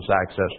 access